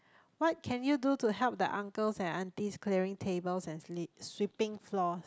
what can you do to help the uncles and aunties clearing tables and slee~ sweeping floors